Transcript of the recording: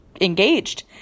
engaged